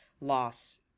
loss